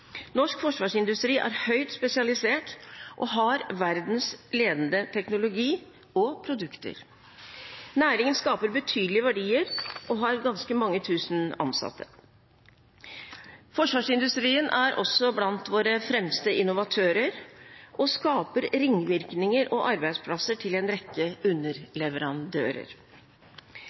Norsk forsvarsindustri er høyt spesialisert og har verdensledende teknologi og produkter. Næringen skaper betydelige verdier og har ganske mange tusen ansatte. Forsvarsindustrien er også blant våre fremste innovatører og skaper ringvirkninger og arbeidsplasser til en rekke underleverandører.